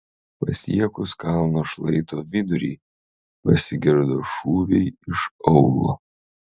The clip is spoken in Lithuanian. pasiekus kalno šlaito vidurį pasigirdo šūviai iš aūlo